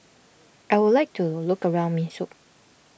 I would like to look around Minsk